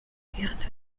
hallett